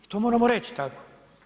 I to moramo reći tako.